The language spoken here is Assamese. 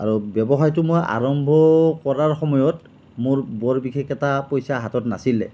আৰু ব্যৱসায়টো মই আৰম্ভ কৰাৰ সময়ত মোৰ বৰ বিশেষ এটা পইচা হাতত নাছিলে